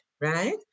Right